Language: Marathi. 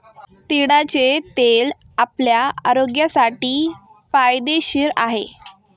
तिळाचे तेल आपल्या आरोग्यासाठी फायदेशीर आहे